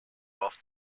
off